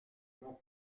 mon